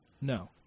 No